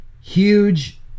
Huge